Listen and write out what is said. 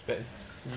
expensive